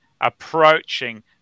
approaching